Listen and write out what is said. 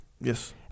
Yes